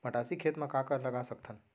मटासी खेत म का का लगा सकथन?